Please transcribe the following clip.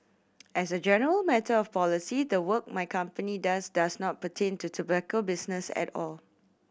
as a general matter of policy the work my company does does not pertain to tobacco business at all